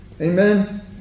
Amen